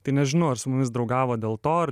tai nežinau ar su mumis draugavo dėl to ar